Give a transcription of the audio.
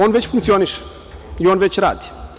On već funkcioniše i on već radi.